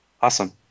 Awesome